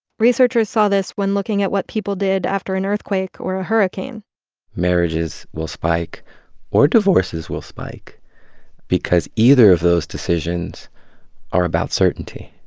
researchers saw this when looking at what people did after an earthquake or a hurricane marriages will spike or divorces will spike because either of those decisions are about certainty.